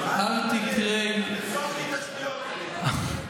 אל תתפלל, השטויות שלך.